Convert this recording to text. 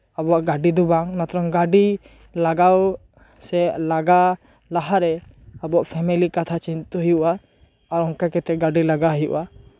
ᱟᱵᱚᱣᱟᱜ ᱜᱟ ᱰᱤ ᱫᱚ ᱵᱟᱝ ᱚᱱᱟᱛᱷᱮᱲᱚᱝ ᱜᱟᱹᱰᱤ ᱞᱟᱜᱟᱣ ᱥᱮ ᱞᱟᱜᱟ ᱞᱟᱦᱟᱨᱮ ᱟᱵᱚᱣᱟᱜ ᱯᱷᱮᱢᱮᱞᱤ ᱠᱟᱛᱷᱟ ᱪᱤᱱᱛᱟᱹ ᱦᱩᱭᱩᱜᱼᱟ ᱟᱨ ᱚᱱᱠᱟ ᱠᱟᱛᱮᱫ ᱜᱟᱺᱰᱤ ᱞᱟᱜᱟ ᱦᱩᱭᱩᱜᱼᱟ